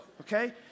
okay